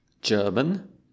German